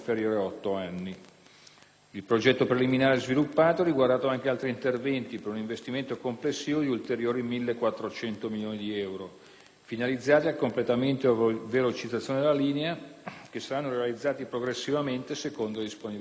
Il progetto preliminare sviluppato ha riguardato anche altri interventi, per un investimento complessivo di ulteriori 1.400 milioni di euro, finalizzati al completamento della velocizzazione della linea, che saranno realizzati progressivamente secondo le disponibilità finanziarie.